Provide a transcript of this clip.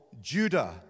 Judah